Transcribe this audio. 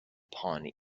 pawn